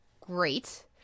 Great